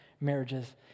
marriages